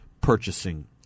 purchasing